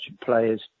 players